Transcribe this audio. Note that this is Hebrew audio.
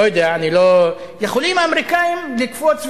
יכולים האמריקנים לקפוץ ולהגיד,